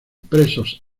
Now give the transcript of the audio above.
presos